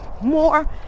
more